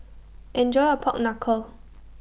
Enjoy your Pork Knuckle